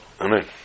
Amen